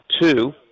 two